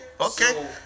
okay